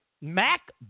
Mac